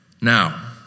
Now